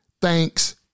thanks